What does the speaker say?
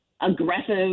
aggressive